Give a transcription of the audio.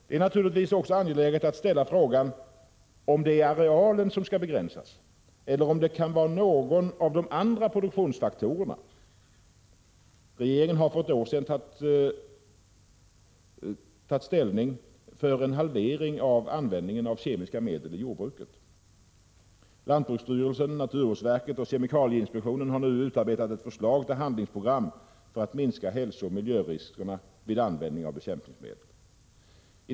Det är naturligtvis också angeläget att ställa frågan om det är arealen som skall begränsas eller möjligen någon av de andra produktionsfaktorerna. Regeringen har för ett år sedan tagit ställning för en halvering av användningen av kemiska medel i jordbruket. Lantbruksstyrelsen, naturvårdsverket och kemikalieinspektionen har nu utarbetat ett förslag till handlingsprogram för att minska hälsooch miljöriskerna vid användningen av bekämpningsmedel.